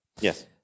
Yes